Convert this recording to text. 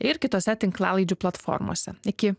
ir kitose tinklalaidžių platformose iki